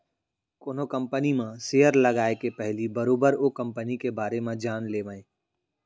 कोनो कंपनी म सेयर लगाए के पहिली बरोबर ओ कंपनी के बारे म जान लेवय